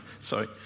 Sorry